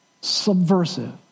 subversive